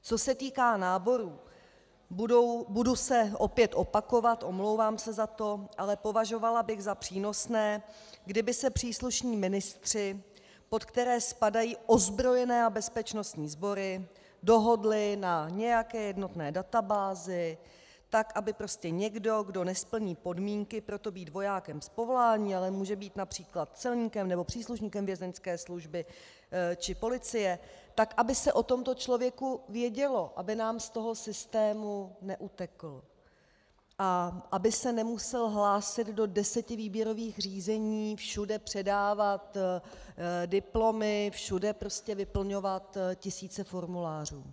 Co se týká náborů, budu se opět opakovat omlouvám se za to , ale považovala bych za přínosné, kdyby se příslušní ministři, pod které spadají ozbrojené a bezpečnostní sbory, dohodli na nějaké jednotné databázi, tak aby prostě někdo, kdo nesplní podmínky pro to být vojákem z povolání, ale může být např. celníkem nebo příslušníkem vězeňské služby či policie, tak aby se o tomto člověku vědělo, aby nám z toho systému neutekl a aby se nemusel hlásit do deseti výběrových řízení, všude předávat diplomy, všude prostě vyplňovat tisíce formulářů.